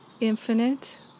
infinite